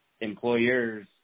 employers